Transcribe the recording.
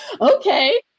Okay